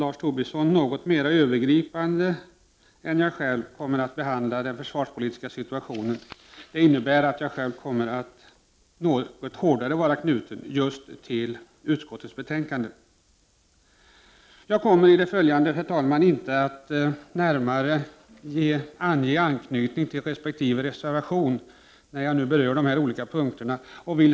Lars Tobisson kommer att något mera övergripande behandla den försvarspolitiska situationen. Själv kommer jag att hårdare vara knuten just till utskottets betänkande. Jag avser inte att närmare ange anknytning till resp. reservation när jag berör de olika punkterna.